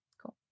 cool